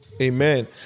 Amen